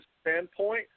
standpoint